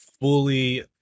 fully